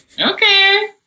Okay